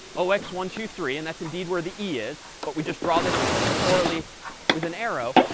ah x one two three. and that's indeed where the e is but we just draw this pictorially with an arrow.